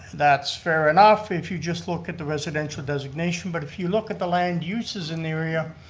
that's fair enough if you just look at the residential designation but if you look at the land uses in the area,